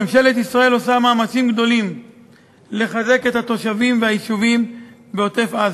ממשלת ישראל עושה מאמצים גדולים לחזק את היישובים בעוטף-עזה.